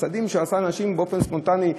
חסדים שעשה עם אנשים באופן ספונטני,